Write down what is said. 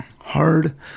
hard